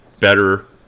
better